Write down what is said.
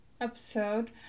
episode